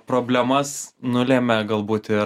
problemas nulemia galbūt ir